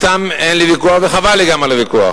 אתם אין לי ויכוח וחבל לי גם על הוויכוח.